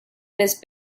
miss